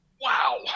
wow